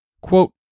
Quote